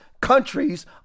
countries